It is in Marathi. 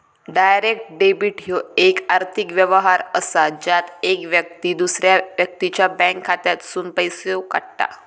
डायरेक्ट डेबिट ह्यो येक आर्थिक व्यवहार असा ज्यात येक व्यक्ती दुसऱ्या व्यक्तीच्या बँक खात्यातसूनन पैसो काढता